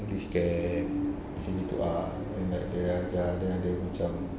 go this camp ah and like dia ajar dia ada macam